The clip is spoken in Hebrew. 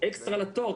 אקסטרה לתואר,